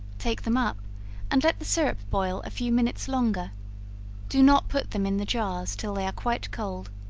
take them up and let the syrup boil a few minutes longer do not put them in the jars till they are quite cold.